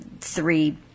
three